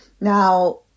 Now